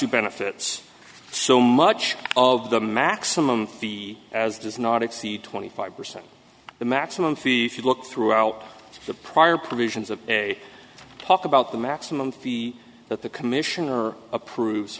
two benefits so much of the maximum the as does not exceed twenty five percent the maximum fifi look throughout the prior provisions of a talk about the maximum fee that the commissioner approve